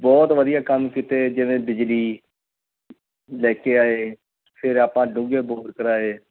ਬਹੁਤ ਵਧੀਆ ਕੰਮ ਕੀਤੇ ਜਿਵੇਂ ਬਿਜਲੀ ਲੈ ਕੇ ਆਏ ਫਿਰ ਆਪਾਂ ਡੂੰਘੇ ਬੋਰ ਕਰਾਏ